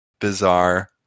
bizarre